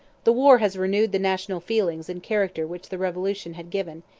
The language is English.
the war has renewed the national feelings and character which the revolution had given,